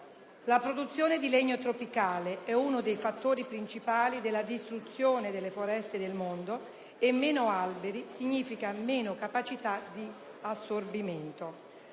La produzione di legno tropicale è uno dei fattori principali della distruzione delle foreste nel mondo e meno alberi significa meno capacità di assorbimento.